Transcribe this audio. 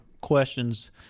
questions